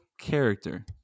character